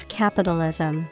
capitalism